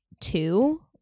two